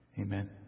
Amen